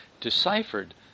deciphered